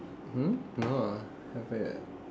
hmm no lah haven't yet